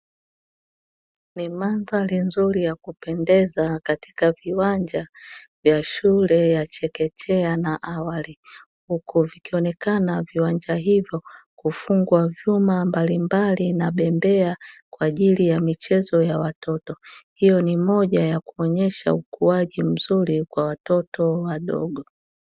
Ni madhari nzuri ya kupendeza katika viwanja vya shule ya chekechea na awali, huku vikionekana viwanja hivyo kufungwa vyuma mbalimbali na bembea kwa ajili ya michezo ya watoto, hiyo ni moja ya kuonyesha ukuaji mzuri kwa watoto wadogo.